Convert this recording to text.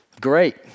great